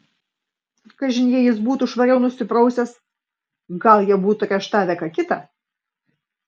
kažin jei jis būtų švariau nusiprausęs gal jie būtų areštavę ką kitą